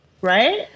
right